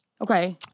Okay